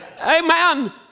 Amen